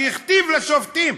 שהכתיב לשופטים.